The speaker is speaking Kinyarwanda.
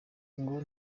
ngo